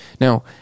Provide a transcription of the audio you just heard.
Now